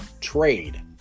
trade